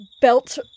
belt